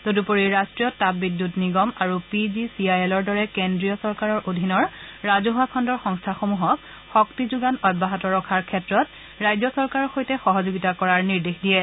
তদুপৰি ৰাষ্ট্ৰীয় তাপবিদ্যুৎ নিগম আৰু পি জি চি আই এলৰ দৰে কেন্দ্ৰীয় চৰকাৰৰ অধীনৰ ৰাজহুৱা খণ্ডৰ সংস্থাসমূহক শক্তি যোগান অব্যাহত ৰখাৰ ক্ষেত্ৰত ৰাজ্য চৰকাৰৰ সৈতে সহযোগিতা কৰাৰ নিৰ্দেশ দিয়ে